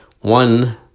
One